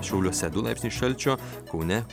šiauliuose du laipsniai šalčio kaune